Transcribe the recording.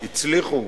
הצליחו